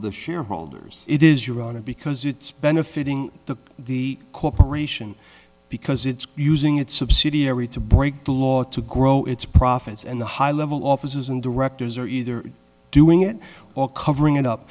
the shareholders it is you wrote it because it's benefiting to the corporation because it's using its subsidiary to break the law to grow its profits and the high level officers and directors are either doing it or covering it up